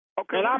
Okay